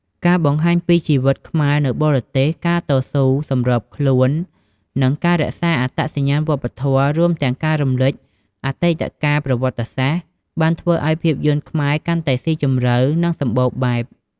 ការបង្ហាញពីជីវិតខ្មែរនៅបរទេស ការតស៊ូ សម្របខ្លួន និងការរក្សាអត្តសញ្ញាណវប្បធម៌ រួមទាំងការរំលេចអតីតកាលប្រវត្តិសាស្ត្រ បានធ្វើឱ្យភាពយន្តខ្មែរកាន់តែស៊ីជម្រៅ និងសម្បូរបែប។